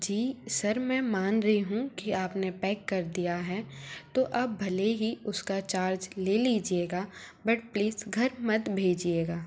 जी sir मैं मान रही हूँ कि आपने पैक कर दिया है तो आप भले ही उसका चार्ज ले लीजिएगा बट प्लीज़ घर मत भेजिएगा